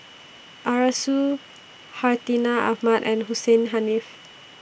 Arasu Hartinah Ahmad and Hussein Haniff